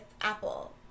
Apple